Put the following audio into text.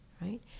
right